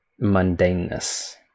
mundaneness